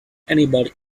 anybody